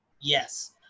yes